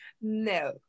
No